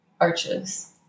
Arches